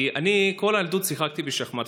כי אני כל הילדות שיחקתי בשחמט.